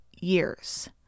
years